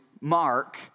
Mark